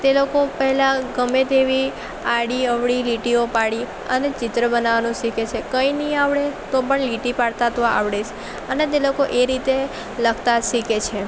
તે લોકો પહેલાં ગમે તેવી આડી અવળી લીટીઓ પાડી અને ચિત્ર બનાવવાનું શીખે છે કંઇ નહીં આવડે તો પણ લીટી પાડતાં તો આવડે જ અને તે લોકો એ રીતે લખતા શીખે છે